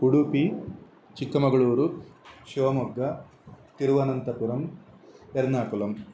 Udupi Chikkamagaluru Shivamogga Thiruvananthapuram Ernakulam